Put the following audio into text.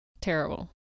Terrible